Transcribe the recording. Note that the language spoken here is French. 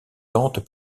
tantes